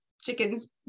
chickens